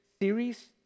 series